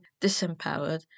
disempowered